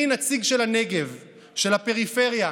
אני נציג של הנגב, של הפריפריה,